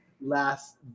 last